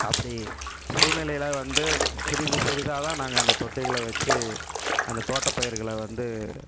அப்படி சூழ்நிலைகளை வந்து சிறிது சிறிதாகதான் நாங்கள் அந்த தொட்டிகளை வச்சு அந்த தோட்டப்பயிர்களை வந்து